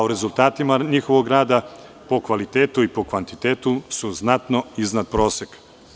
O rezultatima njihovog rada, po kvalitetu i po kvantitetu su znatno iznad proseka.